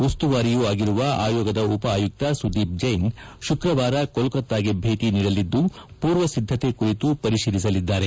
ಉಸುವಾರಿಯೂ ಆಗಿರುವ ಆಯೋಗದ ಉಪ ಆಯುಕ ಸುದೀಪ್ ಜೈನ್ ಶುಕ್ರವಾರ ಕೊಲ್ಲತಾಗೆ ಭೇಟಿ ನೀಡಲಿದ್ದು ಪೂರ್ವಸಿದ್ದತೆ ಕುರಿತು ಪರಿಶೀಲಿಸಲಿದ್ದಾರೆ